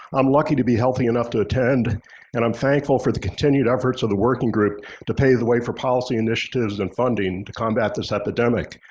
i'm lucky to be healthy enough to attend and i'm thankful for the continued efforts of the working group to pave the way for policy initiatives and funding to combat this epidemic.